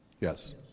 Yes